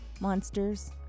monsters